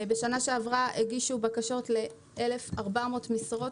בשנה שעברה הגישו בקשות לכמעט 1,400 משרות.